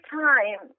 time